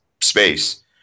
space